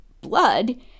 blood